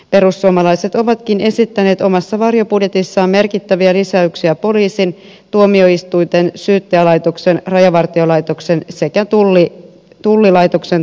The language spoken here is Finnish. perussuomalaiset ovatkin esittäneet omassa varjobudjetissaan merkittäviä lisäyksiä poliisin tuomioistuinten syyttäjälaitoksen rajavartiolaitoksen sekä tullilaitoksen